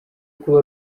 kuba